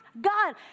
God